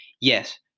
Yes